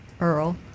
Earl